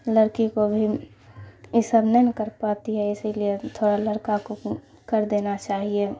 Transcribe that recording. لڑکی کو بھی یہ سب نہیں نہ کر پاتی ہے اسی لیے تھوڑا لڑکا کو کر دینا چاہیے